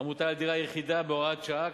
המוטל על דירה יחידה בהוראת שעה,